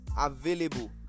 available